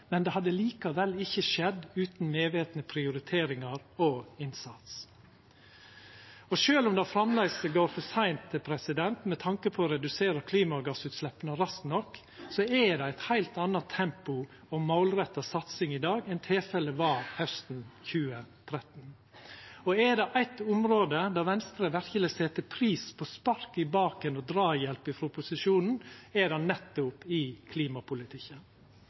men det hadde likevel ikkje skjedd utan medvetne prioriteringar og innsats. Og sjølv om det framleis går for seint med tanke på å redusera klimagassutsleppa raskt nok, er det eit heilt anna tempo og meir målretta satsing i dag enn tilfellet var hausten 2013. Er det eitt område der Venstre verkeleg set pris på spark i baken og draghjelp frå opposisjonen, er det nettopp i klimapolitikken.